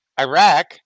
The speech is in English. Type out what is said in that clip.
Iraq